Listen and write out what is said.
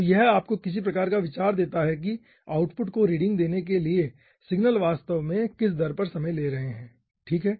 तो यह आपको किसी प्रकार का विचार देता है कि आउटपुट को रीडिंग देने के लिए सिग्नल वास्तव में किस दर पर समय ले रहे हैं ठीक है